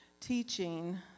teaching